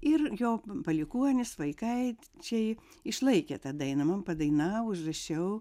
ir jo palikuonys vaikaičiai išlaikė tą dainą mum padainavo užrašiau